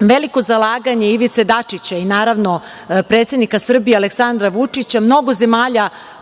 veliko zalaganje Ivice Dačića i, naravno, predsednika Srbije Aleksandra Vučića mnogo zemalja